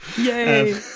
Yay